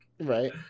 Right